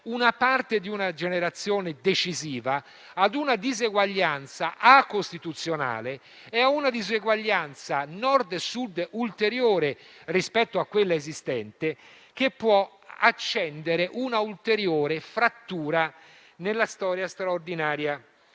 parte di una generazione decisiva a una diseguaglianza acostituzionale e a una ulteriore tra Nord e Sud rispetto a quella esistente, che può accendere un'ulteriore frattura nella storia straordinaria